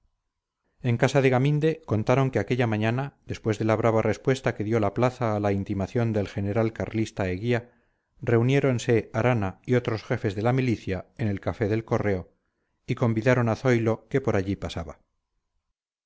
en casa de gaminde contaron que aquella mañana después de la brava respuesta que dio la plaza a la intimación del general carlista eguía reuniéronse arana y otros jefes de la milicia en el café del correo y convidaron a zoilo que por allí pasaba